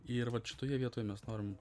ir vat šitoje vietoje mes norim